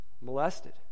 molested